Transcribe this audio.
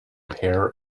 pair